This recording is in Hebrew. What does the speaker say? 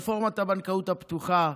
רפורמת הבנקאות הפתוחה,